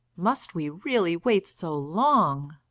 must we really wait so long!